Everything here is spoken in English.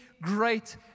great